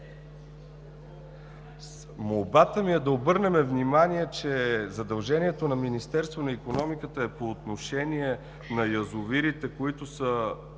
Молбата ми е да обърнем внимание, че задължението на Министерството на икономиката е по отношение на язовирите, които